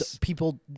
people